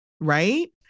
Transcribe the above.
Right